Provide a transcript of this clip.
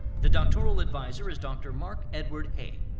the doctoral advisor is dr. mark edward hay.